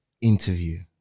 interview